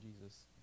Jesus